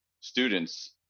students